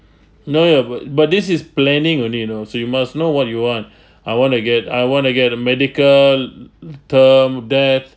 no ya but but this is planning only you know so you must know what you want I want to get I want to get a medical term death